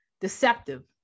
deceptive